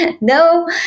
no